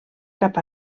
cap